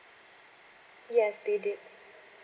yes they did